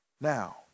now